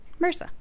MRSA